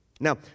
Now